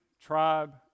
tribe